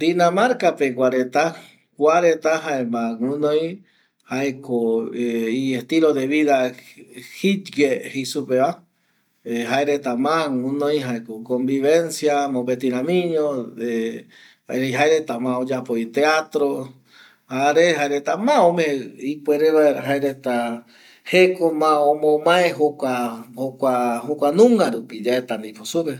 Dinamarka pegua reta kuareta jaema guɨnoi jaeko estilo de vida jikgue jei supeva jaereta ma guɨnoi jaeko convivencia mopetiramiño erei jaereta, erei jaeretavi ma oyapo teatro jare ajereta ma ome ipuere vaera jaereta jeko ma omomae jokua nunga rupi yaeta ndipo supe